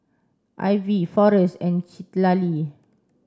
Ivie Forrest and Citlali